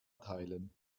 teilen